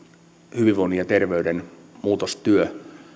hyvinvoinnin ja terveyden muutostyö